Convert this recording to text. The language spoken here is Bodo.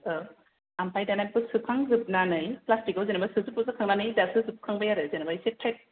आमफाय दाना बिखौ सोखांजोबनानै प्लासटिकआव जेनबा फ्लासटिकआव जेनबा सोखांजोबबाय आरो